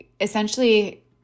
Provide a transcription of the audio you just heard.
essentially